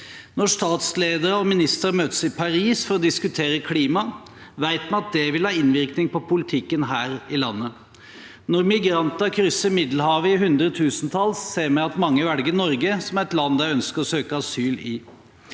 Når statsledere og ministre møtes i Paris for å diskutere klima, vet vi at det vil ha innvirkning på politikken her i landet. Når migranter krysser Middelhavet i hundretusentall, ser vi at mange velger Norge som et land de ønsker å søke asyl i.